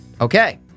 Okay